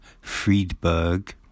Friedberg